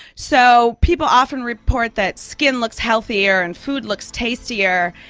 so people often report that skin looks healthier and food looks tastier,